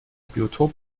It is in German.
biotop